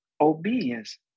obedience